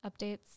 updates